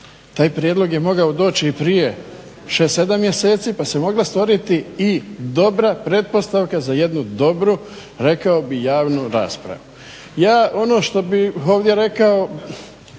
Taj prijedlog je mogao doći i prije 6, 7 mjeseci pa se mogla stvoriti i dobra pretpostavka za jednu dobru rekao bih javnu raspravu. Ja ono što bih ovdje rekao